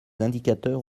indicateurs